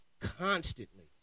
constantly